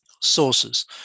sources